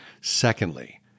Secondly